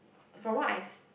from what I see